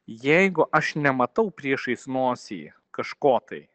jeigu aš nematau priešais nosį kažko tai